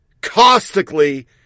caustically